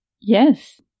Yes